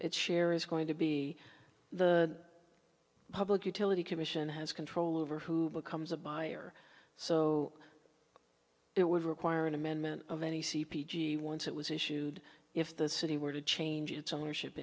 its share is going to be the public utility commission has control over who becomes a buyer so it would require an amendment of any c p g once it was issued if the city were to change its ownership